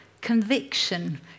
conviction